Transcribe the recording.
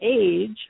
age